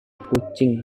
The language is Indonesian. kucing